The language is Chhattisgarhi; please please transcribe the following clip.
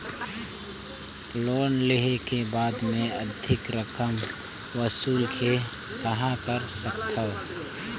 लोन लेहे के बाद मे अधिक रकम वसूले के कहां कर सकथव?